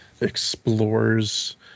explores